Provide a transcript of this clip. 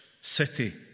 city